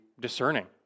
discerning